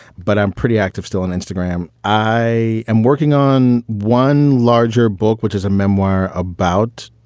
but i'm pretty active still on instagram. i am working on one larger book, which is a memoir about